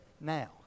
now